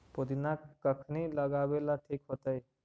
पुदिना कखिनी लगावेला ठिक होतइ?